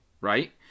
right